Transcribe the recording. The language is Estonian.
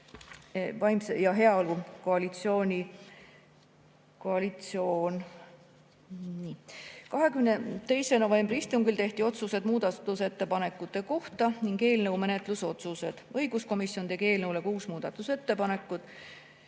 22. novembri istungil tehti otsused muudatusettepanekute kohta ning eelnõu menetlusotsused. Õiguskomisjon tegi eelnõu kohta kuus muudatusettepanekut.